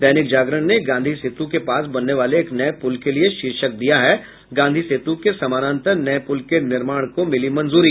दैनिक जागरण ने गांधी सेतु के पास बनने वाले एक नये पुल के लिए शीर्षक दिया है गांधी सेतु के समानांतर नये पुल के निर्माण को मिली मंजूरी